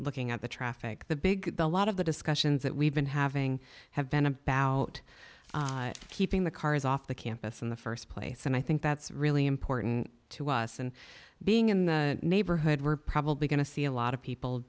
looking at the traffic the big a lot of the discussions that we've been having have been about keeping the cars off the campus in the st place and i think that's really important to us and being in the neighborhood we're probably going to see a lot of people